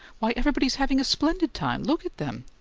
why, everybody's having a splendid time. look at them.